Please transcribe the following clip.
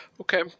Okay